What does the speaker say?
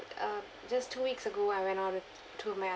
uh just two weeks ago I went out with two of my